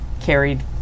carried